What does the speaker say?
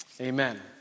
Amen